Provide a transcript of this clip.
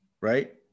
right